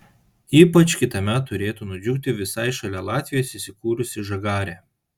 ypač kitąmet turėtų nudžiugti visai šalia latvijos įsikūrusi žagarė